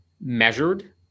measured